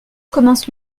commence